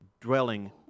dwelling